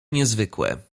niezwykłe